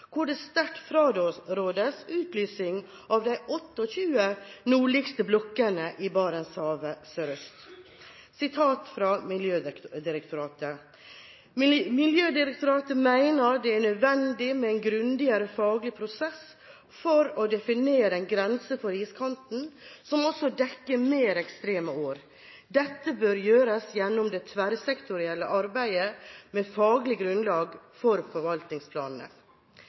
hvor det sterkt frarådes utlysing av de 28 nordligste blokkene i Barentshavet sørøst. Jeg siterer: «Miljødirektoratet mener det er nødvendig med en grundigere faglig prosess for å definere en grense for iskanten som også dekker mer ekstreme år. Dette bør gjøres gjennom det tverrsektorielle arbeidet med faglig grunnlag for forvaltningsplanene.»